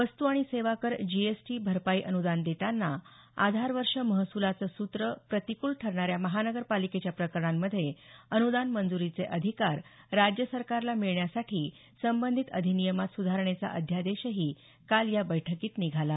वस्तू आणि सेवा कर जीएसटी भरपाई अनूदान देताना आधार वर्ष महसुलाचं सूत्र प्रतिकूल ठरणाऱ्या महानगरपालिकेच्या प्रकरणांमध्ये अनुदान मंजूरीचे अधिकार राज्य सरकारला मिळण्यासाठी संबंधित अधिनियमात सुधारणेचा अध्यादेशही काल या बैठकीत निघाला